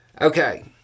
Okay